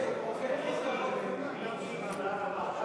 (תיקון מס' 61) (העלאת אחוז החסימה והגברת המשילות),